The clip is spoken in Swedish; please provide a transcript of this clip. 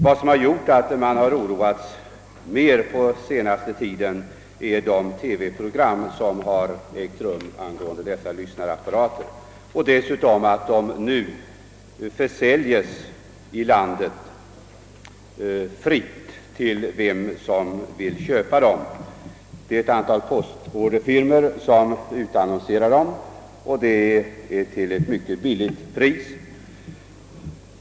Vad som gjort att man särskilt har oroats på senaste tiden är de TV-program som givits angående dessa lyssnarapparater. Dessutom försäljs de nu i landet fritt till vem som vill köpa dem. Det är ett antal postorderfirmor som utannonserar dem till ett mycket billigt pris.